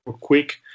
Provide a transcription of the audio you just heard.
quick